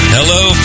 Hello